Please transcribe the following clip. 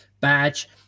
badge